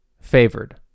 favored